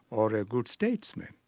or a good statesman.